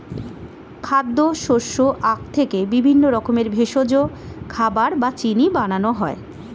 খাদ্য, শস্য, আখ থেকে বিভিন্ন রকমের ভেষজ, খাবার বা চিনি বানানো হয়